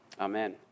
Amen